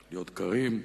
להיות קרים,